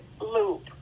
loop